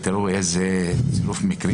תראו איזה צירוף מקרים,